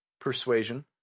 Persuasion